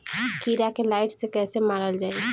कीड़ा के लाइट से कैसे मारल जाई?